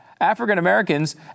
African-Americans